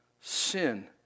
Sin